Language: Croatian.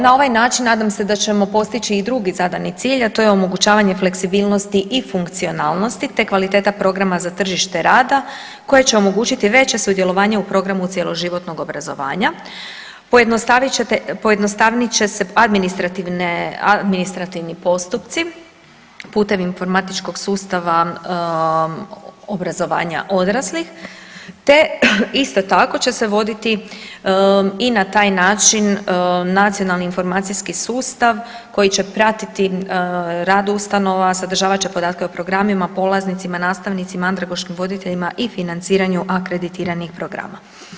Na ovaj način nadam se da ćemo postići i drugi zadani cilj, a to je omogućavanje fleksibilnosti i funkcionalnosti, te kvaliteta programa za tržište rada koje će omogućiti veće sudjelovanje u programu cjeloživotnog obrazovanja, pojednostavnit će se administrativni postupci putem informatičkog sustava obrazovanja odraslih, te isto tako će se voditi i na taj način nacionalni informacijski sustav koji će pratiti rad ustanova, sadržavat će podatke o programima, polaznicima, nastavnicima, andragoškim voditeljima i financiranju akreditiranih programa.